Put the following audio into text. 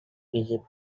egypt